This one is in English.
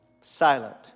Silent